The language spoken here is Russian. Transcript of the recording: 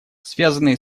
связанные